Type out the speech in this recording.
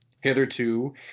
Hitherto